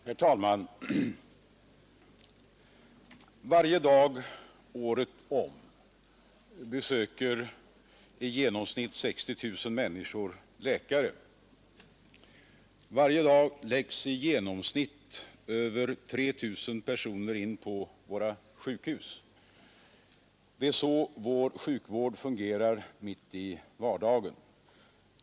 Herr talman! Varje dag året om besöker i genomsnitt 60 000 människor läkare. Varje dag läggs i genomsnitt över 3 000 personer in på våra sjukhus. Det är så vår sjukvård fungerar mitt i vardagen.